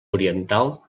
oriental